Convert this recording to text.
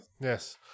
Yes